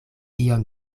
iom